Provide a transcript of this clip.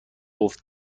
گفت